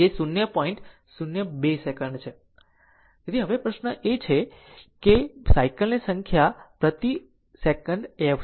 તેથી હવે પ્રશ્ન એ છે કે સાયકલ ની આ સંખ્યા પ્રતિ સેકંડ f છે